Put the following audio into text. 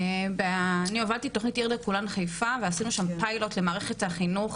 אני הובלתי תכנית 'עיר לכולנו' בחיפה ועשינו שם פיילוט למערכת החינוך